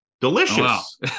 Delicious